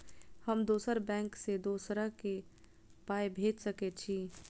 हम दोसर बैंक से दोसरा के पाय भेज सके छी?